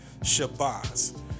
Shabazz